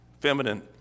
feminine